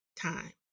time